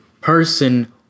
person